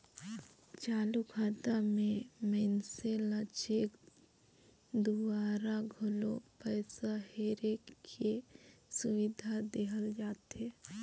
चालू खाता मे मइनसे ल चेक दूवारा घलो पइसा हेरे के सुबिधा देहल जाथे